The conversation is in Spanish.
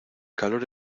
calor